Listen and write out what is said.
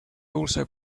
also